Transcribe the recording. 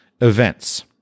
events